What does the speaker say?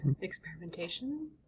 Experimentation